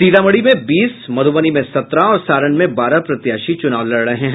सीतामढ़ी में बीस मध्रबनी में सत्रह और सारण में बारह प्रत्याशी चुनाव लड़ रहे हैं